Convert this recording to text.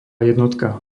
jednotka